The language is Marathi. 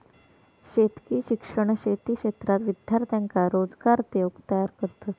शेतकी शिक्षण शेती क्षेत्रात विद्यार्थ्यांका रोजगार देऊक तयार करतत